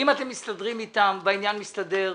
אם אתם מסתדרים איתם והעניין מסתדר,